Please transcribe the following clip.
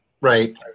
Right